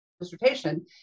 dissertation